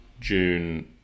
June